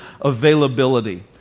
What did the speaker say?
Availability